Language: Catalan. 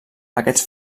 aquests